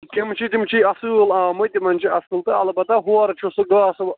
تِم چھی تِم چھی اصۭل آمِتۍ تِمَن چھُ اصٕل تہٕ البتہ ہورٕ چھُ سُہ گاسہٕ و